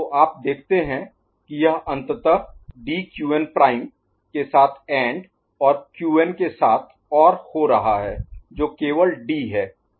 तो आप देखते हैं कि यह अंततः डी क्यूएन प्राइम Qn' के साथ एंड और क्यूएन के साथ OR हो रहा है जो केवल डी है